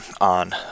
on